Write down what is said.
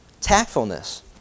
tactfulness